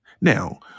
Now